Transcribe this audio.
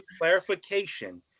clarification